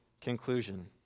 conclusion